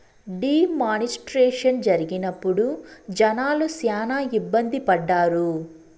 D మానిస్ట్రేషన్ జరిగినప్పుడు జనాలు శ్యానా ఇబ్బంది పడ్డారు